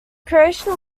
creation